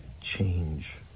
change